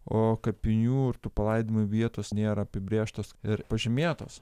o kapinių ir tų palaidojimų vietos nėra apibrėžtos ir pažymėtos